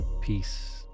Peace